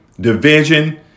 division